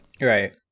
Right